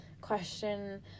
question